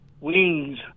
wings